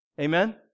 Amen